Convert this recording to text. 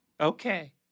Okay